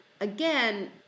Again